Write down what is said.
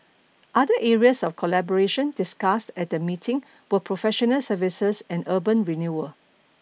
other areas of collaboration discussed at the meeting were professional services and urban renewal